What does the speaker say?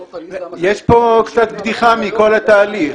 יש פה קצת בדיחה מכל התהליך.